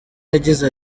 yagize